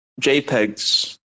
JPEGs